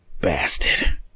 Bastard